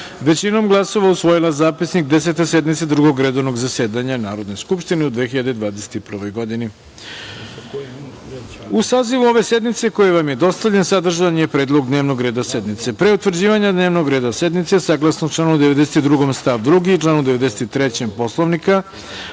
većinom glasova usvojila Zapisnik Desete sednice Drugog redovnog zasedanja u 2021. godini.U sazivu ove sednice koji vam je dostavljen, sadržan je Predlog dnevnog reda sednice. Pre utvrđivanja dnevnog reda sednice, saglasno članu 92. stav 2. i članu 93. Poslovnika,